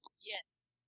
Yes